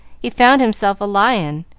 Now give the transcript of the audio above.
he found himself a lion,